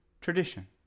tradition